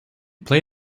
play